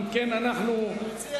צלצלתם?